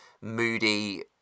moody